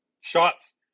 Shots